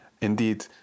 indeed